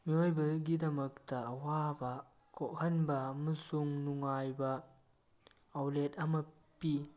ꯃꯤꯑꯣꯏꯕꯒꯤꯗꯃꯛꯇ ꯑꯋꯥꯕ ꯀꯣꯛꯍꯟꯕ ꯑꯃꯁꯨꯡ ꯅꯨꯡꯉꯥꯏꯕ ꯑꯥꯎꯠꯂꯦꯠ ꯑꯃ ꯄꯤ